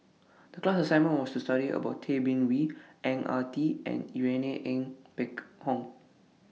The class assignment was to study about Tay Bin Wee Ang Ah Tee and Irene Ng Phek Hoong